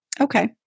okay